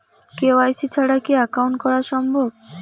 KYC ছাড়া কি account করা সম্ভব?